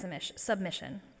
submission